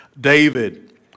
David